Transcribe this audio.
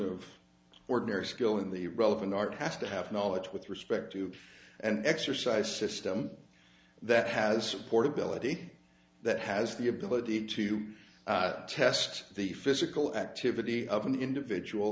of ordinary skill in the relevant art has to have knowledge with respect to an exercise system that has supported billeted that has the ability to test the physical activity of an individual